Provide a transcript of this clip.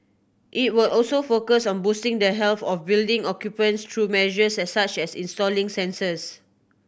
it will also focus on boosting the health of building occupants through measures as such as installing sensors